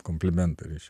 komplimentą reiškia